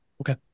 Okay